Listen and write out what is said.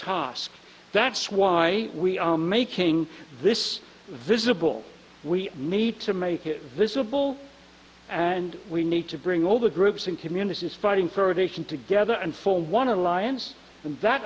task that's why we are making this visible we need to make it visible and we need to bring all the groups and communities fighting prohibition together and for one alliance that